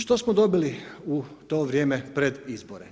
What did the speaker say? Što smo dobili u to vrijeme pred izbore?